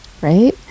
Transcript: right